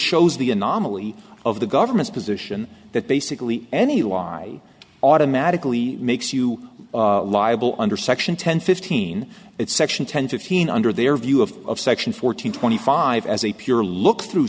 shows the anomaly of the government's position that basically any lie automatically makes you liable under section ten fifteen that section ten fifteen under their view of section fourteen twenty five as a pure look through